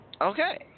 Okay